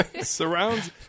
Surrounds